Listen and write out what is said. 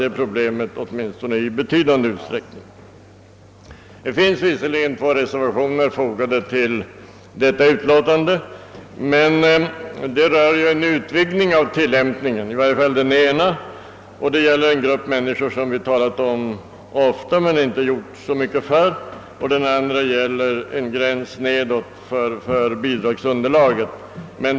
Det bör i betydande utsträckning lösa det föreliggande problemet. Det finns två reservationer fogade till detta utlåtande. Av dessa rör i varje fall den ena en utvidgning av tillämpningen. Det gäller också den grupp människor vi ofta talat om men inte har gjort så mycket för. Den andra reservationen avser gränsen nedåt för bidragsunderlaget.